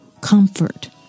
comfort